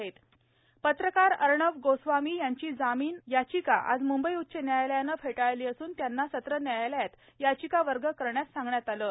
अर्णब गोस्वामी एयर पत्रकार अर्णब गोस्वामी यांची जामीन याचिका आज म्ंबई उच्च न्यायालयाने फेटाळली असून त्यांना सत्र न्यायालयात याचिका वर्ग करण्यास सांगण्यात आले आहे